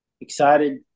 excited